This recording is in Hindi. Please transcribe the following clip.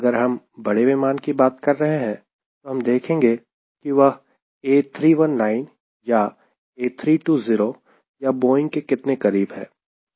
अगर हम बड़े विमान की बात कर रहे हैं तो हम देखेंगे कि वह A 319 या A 320 या Boeing के कितने करीब है